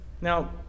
Now